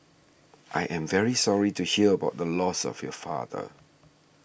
I am very sorry to hear about the loss of your father